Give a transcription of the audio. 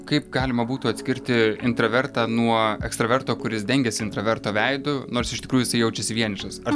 kaip galima būtų atskirti intravertą nuo ekstraverto kuris dengiasi intraverto veidu nors iš tikrųjų jisai jaučiasi vienišas ar